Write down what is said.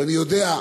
ואני יודע,